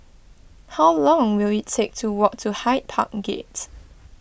how long will it take to walk to Hyde Park Gates